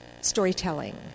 storytelling